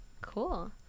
Cool